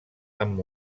amb